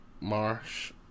Marsh